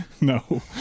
no